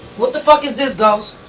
what the fuck is this, ghost?